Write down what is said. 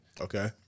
Okay